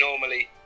normally